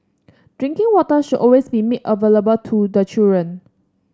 drinking water should always be made available to the children